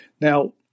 Now